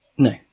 No